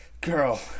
Girl